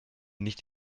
nicht